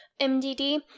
MDD